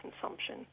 consumption